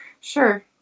sure